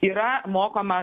yra mokama